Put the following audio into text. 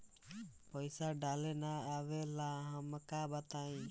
पईसा डाले ना आवेला हमका बताई?